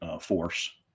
force